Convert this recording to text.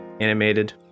animated